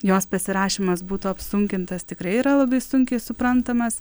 jos pasirašymas būtų apsunkintas tikrai yra labai sunkiai suprantamas